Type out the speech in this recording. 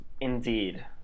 Indeed